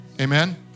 Amen